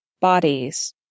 bodies